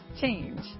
change